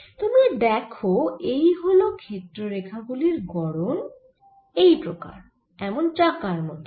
তোমরা দেখো এই হল ক্ষেত্র রেখা গুলির গড়ন এই প্রকার হয় এমন চাকার মতন